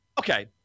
Okay